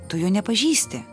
tu jo nepažįsti